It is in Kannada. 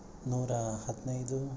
ನೂರ ಹದಿನೈದು